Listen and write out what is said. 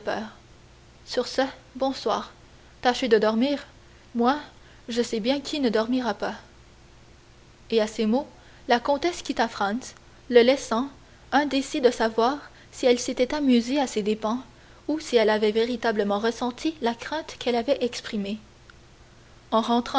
sur ce bonsoir tâchez de dormir moi je sais bien qui ne dormira pas et à ces mots la comtesse quitta franz le laissant indécis de savoir si elle s'était amusée à ses dépens ou si elle avait véritablement ressenti la crainte qu'elle avait exprimée en rentrant